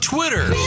Twitter